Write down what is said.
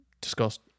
discussed